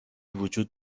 وجود